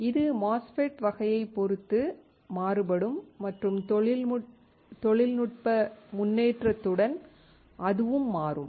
இது MOSFET வகையைப் பொறுத்து மாறுபடும் மற்றும் தொழில்நுட்ப முன்னேற்றத்துடன் அதுவும் மாறும்